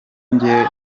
nijye